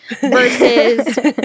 versus